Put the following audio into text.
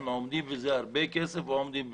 זה הרבה כסף אבל אנחנו עומדים בזה.